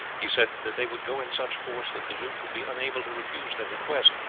he said that they would go in such force that the duke would be unable to refuse their request.